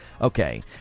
okay